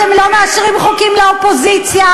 אתם לא מאשרים חוקים לאופוזיציה.